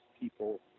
people